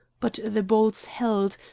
but the bolts held,